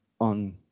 on